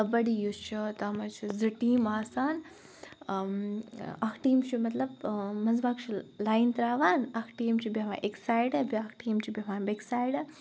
کَبَڈی یُس چھُ تَتھ مَنٛز چھِ زٕ ٹیٖم آسان اکھ ٹیٖم چھُ مَطلَب مَنٛز باگ چھِ لایِن تراوان اَکھ ٹیٖم چھُ بیہوان اَکہِ سایڈٕ بیاکھ ٹیٖم چھُ بیہوان بیٚکہِ سایڈٕ